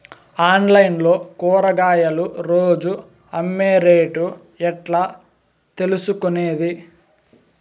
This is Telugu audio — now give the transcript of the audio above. ఆన్లైన్ లో కూరగాయలు రోజు అమ్మే రేటు ఎట్లా తెలుసుకొనేది?